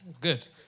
Good